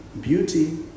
beauty